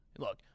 Look